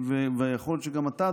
ויכול להיות שגם אתה,